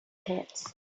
pits